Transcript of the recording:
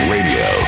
Radio